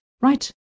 right